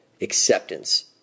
acceptance